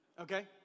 Okay